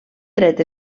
tret